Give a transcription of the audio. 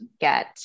get